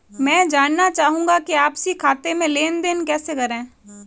मैं जानना चाहूँगा कि आपसी खाते में लेनदेन कैसे करें?